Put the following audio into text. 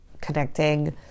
connecting